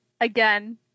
Again